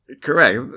Correct